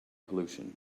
pollution